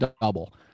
double